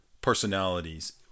personalities